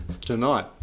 tonight